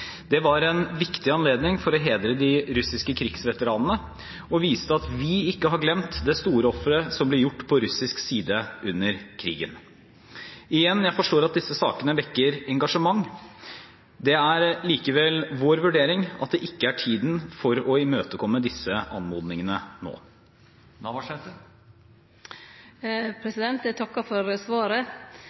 det store offeret som ble gjort på russisk side under krigen. Igjen: Jeg forstår at disse sakene vekker engasjement. Det er likevel vår vurdering at det ikke er tiden for å imøtekomme disse anmodningene nå. Eg takkar for svaret.